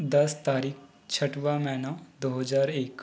दस तारीख छठवा महीना दो हज़ार एक